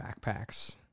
backpacks